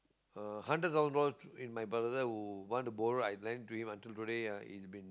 uh hundred thousand dollars and my brother who want to borrow I lend to him until today ah he's been